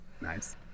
Nice